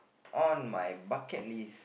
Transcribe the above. on my bucket list